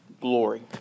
glory